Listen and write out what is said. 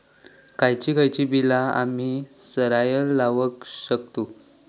खयची खयची बिया आम्ही सरायत लावक शकतु?